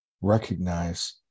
recognize